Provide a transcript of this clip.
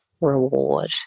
reward